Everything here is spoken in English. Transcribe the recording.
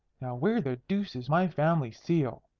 where the deuce is my family seal?